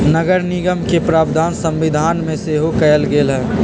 नगरनिगम के प्रावधान संविधान में सेहो कयल गेल हई